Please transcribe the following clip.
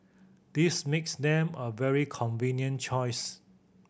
this makes them a very convenient choice